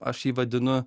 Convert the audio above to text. aš jį vadinu